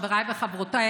חבריי וחברותיי,